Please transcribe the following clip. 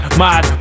mad